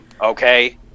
Okay